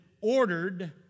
ordered